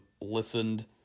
listened